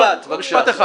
משפט, בבקשה.